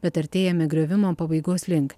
bet artėjame griovimo pabaigos link